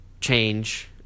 change